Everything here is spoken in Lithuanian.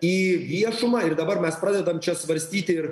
į viešumą ir dabar mes pradedam čia svarstyti ir